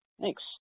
Thanks